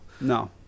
No